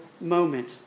moment